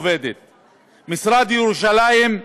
המשרד לירושלים,